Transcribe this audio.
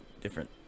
different